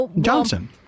Johnson